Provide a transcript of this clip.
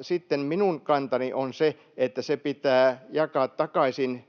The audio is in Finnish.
Sitten minun kantani on, että se pitää jakaa takaisin